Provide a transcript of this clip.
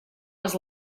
was